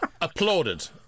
applauded